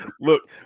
Look